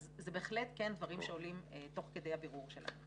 אלה בהחלט דברים שעולים תוך כדי הבירור שלנו.